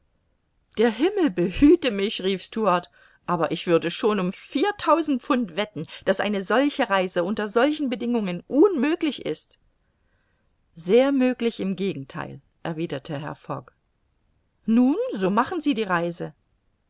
der himmel behüte mich rief stuart aber ich würde schon um viertausend pfund wetten daß eine solche reise unter solchen bedingungen unmöglich ist sehr möglich im gegentheil erwiderte herr fogg nun so machen sie die reise